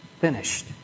finished